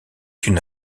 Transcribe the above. une